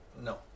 No